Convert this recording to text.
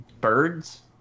birds